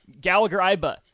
Gallagher-Iba